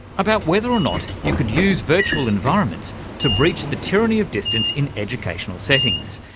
about whether or not you could use virtual environments to breach the tyranny of distance in educational settings,